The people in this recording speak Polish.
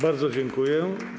Bardzo dziękuję.